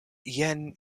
jen